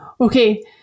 Okay